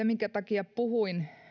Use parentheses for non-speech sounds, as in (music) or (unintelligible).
(unintelligible) minkä takia puhuin